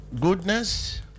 goodness